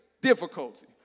difficulty